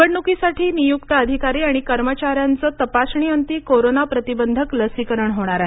निवडणुकीसाठी नियुक्त अधिकारी आणि कर्मचाऱ्यांचं तपासणी अंती कोरोना प्रतिबंधिक लसीकरण होणार आहे